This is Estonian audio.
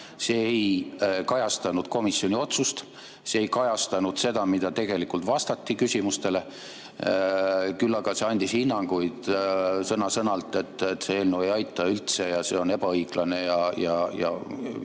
See ei kajastanud komisjoni otsust, see ei kajastanud seda, mida tegelikult küsimustele vastati, küll aga see andis hinnanguid sõna-sõnalt, et see eelnõu ei aita üldse, et see on ebaõiglane ja et